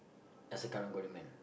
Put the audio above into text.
as a Karang-Guni man